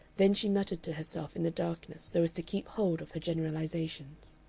then she muttered to herself in the darkness so as to keep hold of her generalizations.